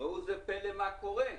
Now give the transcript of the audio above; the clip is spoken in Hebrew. ראו זה פלא וראו מה קורה.